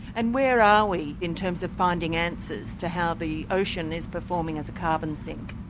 and where are we in terms of finding answers to how the ocean is performing as a carbon sink?